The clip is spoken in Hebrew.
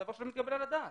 זה דבר שלא מתקבל על הדעת.